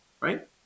right